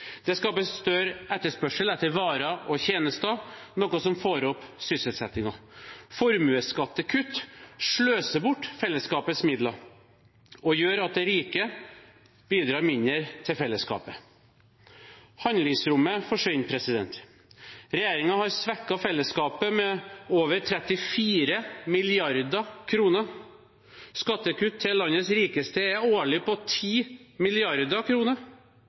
Det skaper større etterspørsel etter varer og tjenester, noe som får opp sysselsettingen. Formuesskattekutt sløser bort fellesskapets midler og gjør at de rike bidrar mindre til fellesskapet. Handlingsrommet forsvinner. Regjeringen har svekket fellesskapet med over 34 mrd. kr. Skattekutt til landets rikeste er årlig på